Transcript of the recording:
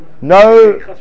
No